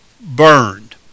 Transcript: burned